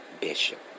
Bishop